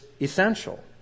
Essential